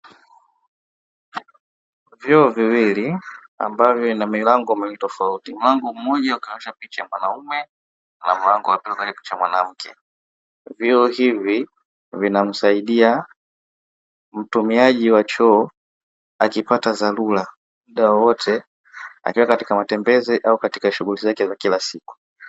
Vyoo viwili ambavyo vina milango tofauti mlango mmoja akaonesha picha ya mwanaume na mlango wa pili ukkionesha picha ya mwanamke vioo hivi vinamsaidia mtumiaji wa choo akipata dharura dawa wote akiwa katika matembezi au katika shughuli zake za kila siku.